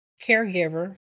caregiver